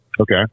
Okay